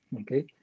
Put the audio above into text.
okay